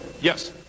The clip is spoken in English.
yes